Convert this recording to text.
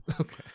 Okay